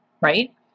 right